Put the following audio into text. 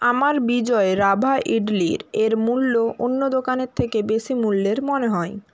আমার বিজয় রাভা ইডলির এর মূল্য অন্য দোকানের থেকে বেশি মূল্যের মনে হয়